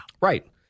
Right